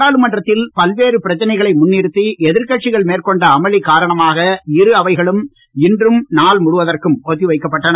நாடாளுமன்றத்தில் பல்வேறு பிரச்சனைகளை முன்னிறுத்தி எதிர்க்கட்சிள் மேற்கொண்ட அமளி காரணமாக இரு அவைகளும் இன்று நாள் முழுவதற்கும் ஒத்தி வைக்கப்பட்டன